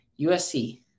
USC